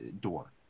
door